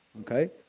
Okay